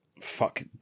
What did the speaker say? Fuck